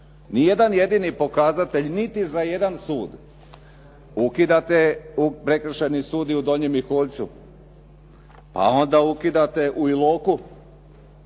Ni jedan jedini pokazatelj, niti za jedan sud. Ukidate i Prekršajni sud i u Donjem Miholjcu, a onda ukidate u Iloku.